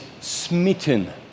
smitten